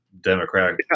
Democratic